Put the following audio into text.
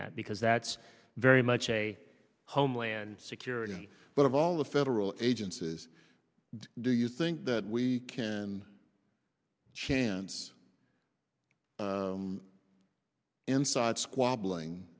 that because that's very much a homeland security but of all the federal agencies do you think that we can chance inside squabbling